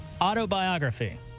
autobiography